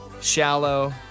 Shallow